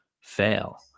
fail